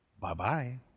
Bye-bye